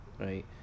right